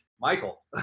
Michael